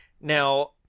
now